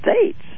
states